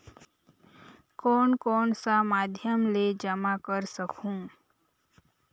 कौन कौन सा माध्यम से जमा कर सखहू?